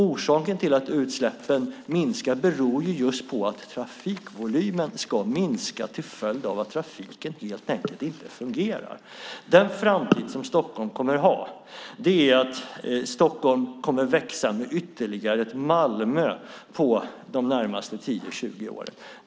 Orsaken till att utsläppen minskar är att trafikvolymen ska minska till följd av att trafiken helt enkelt inte fungerar. Den framtid som Stockholm kommer att ha är att Stockholm kommer att växa med ytterligare ett Malmö de närmaste 10-20 åren.